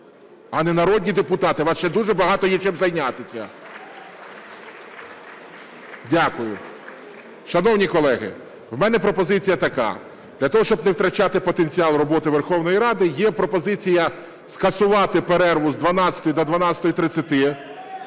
а не народні депутати. У вас ще дуже багато є чим зайнятися. Дякую. Шановні колеги, в мене пропозиція така: для того, щоб не втрачати потенціал роботи Верховної Ради, є пропозиція скасувати перерву з 12-ї до 12:30.